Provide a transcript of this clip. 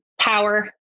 power